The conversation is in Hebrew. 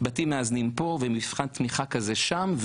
בתים מאזנים פה ומבחן תמיכה כזה שם,